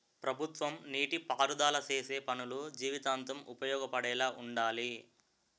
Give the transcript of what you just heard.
ప్రభుత్వ నీటి పారుదల సేసే పనులు జీవితాంతం ఉపయోగపడేలా వుండాలి